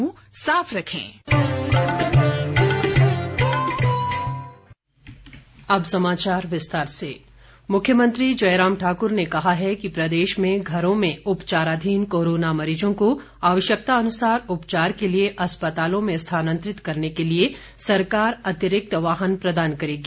मुख्यमंत्री मुख्यमंत्री जयराम ठाकुर ने कहा है कि प्रदेश में घरों में उपचाराधीन कोरोना मरीजों को आवश्यकतानुसार उपचार के लिए अस्पतालों में स्थानांतरित करने के लिए सरकार अतिरिक्त वाहन प्रदान करेगी